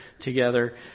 together